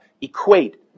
equate